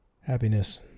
Happiness